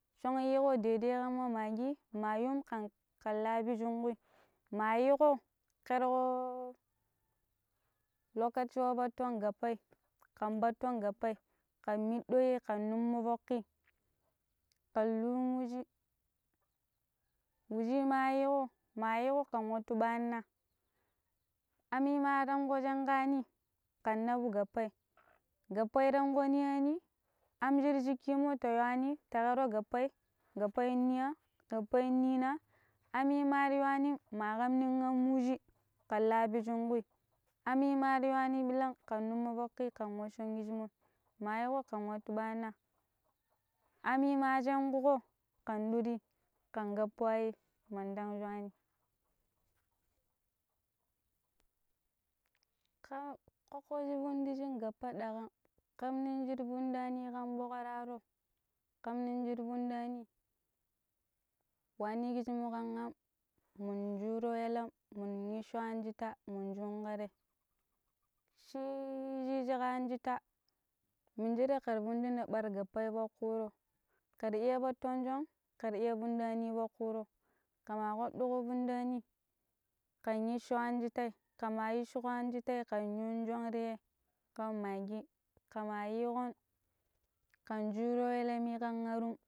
shọn yiiƙo daidai kamma maggi ma yun kan kan la pijin kui ma yiƙo kelƙo lokaci wa baton gappai kan patton gappai kan middo yei kan numo foƙƙi kan lun wushi, wushi ma yiwo mayiwo kan wattu banna ammi ma raƙu jankaani kan nabu gappai, gappai nanƙo niyani, amm shir shiki mo ta yiwanni ta kara gappa, gappai niya gappai nina amima rayiwani maƙam nin am wushi kan la pecchon kui ammi mariyuwa ni pilang kan numofokki kan washan kijimoi mayiwo kan watu bana ammi ma janƙuƙo kan pidi kan battu wa ye man dan juwani. ka-Kokko shi mu wundiji gappa daƙam kamnin mandi shi wundani kan boƙroraro kamnin shi riyu fundani wani kijimo kam aam mun juuro yallam mun yisho anjitta mun juu in kare shi yishi jika anjitta minjire kan min ɗina bar gappa ya kuro kara iya baton shọn kara iya wunɗani we kuuro kama waɗɗuƙo gundani kan yasho anjitta kama yashoccon anjitta kan yun shọn re kan maggi kama yiƙon kan juweru lami kan aru